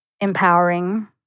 Empowering